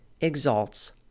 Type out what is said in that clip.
exalts